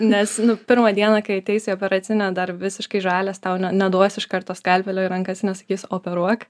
nes pirmą dieną kai ateis į operacinę dar visiškai žalias tau ne neduos iš karto skalpelio į rankas nesakys operuok